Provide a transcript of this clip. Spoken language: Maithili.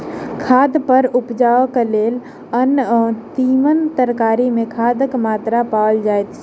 खाद पर उपजाओल अन्न वा तीमन तरकारी मे खादक मात्रा पाओल जाइत अछि